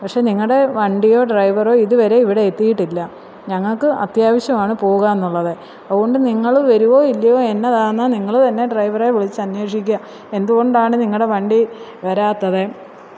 പക്ഷേ നിങ്ങളുടെ വണ്ടിയോ ഡ്രൈവറോ ഇത് വരെ ഇവിടെ എത്തിയിട്ടില്ല ഞങ്ങൾക്ക് അത്യാവശ്യമാണ് പോവുക എന്നുള്ളത് അതുകൊണ്ട് നിങ്ങൾ വരുമോ ഇല്ലയോ എന്നതാന്നാ നിങ്ങൾ തന്നെ ഡ്രൈവറേ വിളിച്ച് അന്വേഷിക്കുക എന്ത് കൊണ്ടാണ് നിങ്ങളുടെ വണ്ടി വരാത്തത്